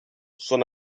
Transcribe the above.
son